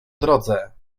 drodze